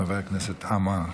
חבר הכנסת עמאר.